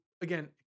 again